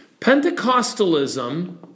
Pentecostalism